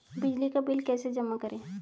बिजली का बिल कैसे जमा करें?